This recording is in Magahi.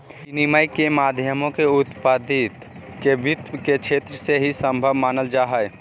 विनिमय के माध्यमों के उत्पत्ति के वित्त के क्षेत्र से ही सम्भव मानल जा हइ